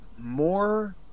more –